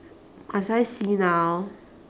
must I see now